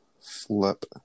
flip